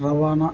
రవాణా